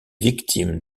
victime